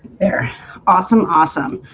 they're awesome awesome